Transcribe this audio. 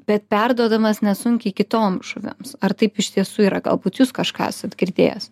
bet perduodamas nesunkiai kitom žuvims ar taip iš tiesų yra galbūt jūs kažką esat girdėjęs